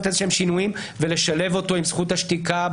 איזה שהם שינויים ולשלב אותו עם זכות במשפט